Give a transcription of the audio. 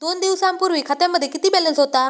दोन दिवसांपूर्वी खात्यामध्ये किती बॅलन्स होता?